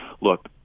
look